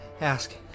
ask